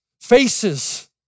faces